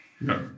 No